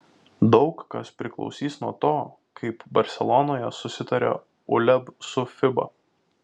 daug kas priklausys nuo to kaip barselonoje susitarė uleb su fiba